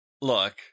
look